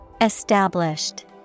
Established